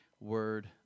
word